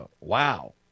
wow